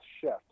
shift